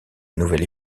nouvelle